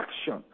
action